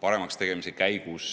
paremaks tegemise käigus